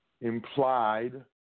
implied